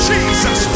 Jesus